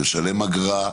לשלם אגרה,